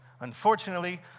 Unfortunately